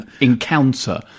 encounter